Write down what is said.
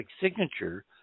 signature